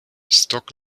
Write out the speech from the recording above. stock